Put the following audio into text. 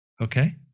okay